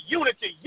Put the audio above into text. unity